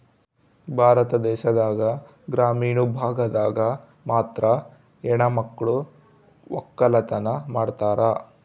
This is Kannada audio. ಭಾರತ ದೇಶದಾಗ ಗ್ರಾಮೀಣ ಭಾಗದಾಗ ಮಾತ್ರ ಹೆಣಮಕ್ಳು ವಕ್ಕಲತನ ಮಾಡ್ತಾರ